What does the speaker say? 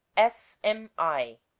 s. m. i.